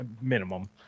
minimum